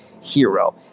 hero